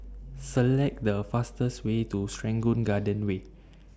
Select The fastest Way to Serangoon Garden Way